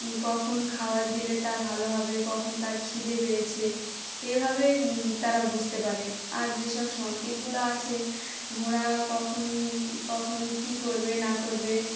কখন খাবার দিলে তার ভালো হবে কখন তার খিদে পেয়েছে এভাবেই তারা বুঝতে পারে আর যেসব সংকেতগুলো আছে ঘোড়া কখন কখন কী করবে না করবে